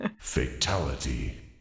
Fatality